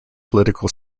political